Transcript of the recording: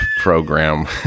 program